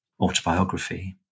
autobiography